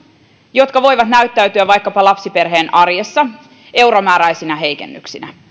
jotka voivat näyttäytyä vaikkapa lapsiperheen arjessa euromääräisinä heikennyksinä